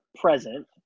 present